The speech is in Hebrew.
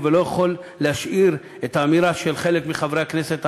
ואני לא יכול להשאיר את האמירה של חלק מחברי הכנסת הערבים,